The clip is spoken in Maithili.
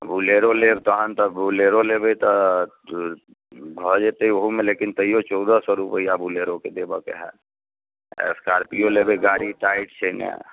बोलेरो लेब तहन तऽ बोलेरो लेबै तऽ भऽ जेतै ओहोमे लेकिन तैयो चौदह सए रूपैआ बोलेरोके देबऽके होयत स्कार्पियो लेबै गाड़ी थ्री टाइट छै ने